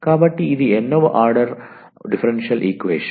కాబట్టి ఇది n వ ఆర్డర్ డిఫరెన్షియల్ ఈక్వేషన్